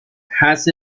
has